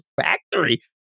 factory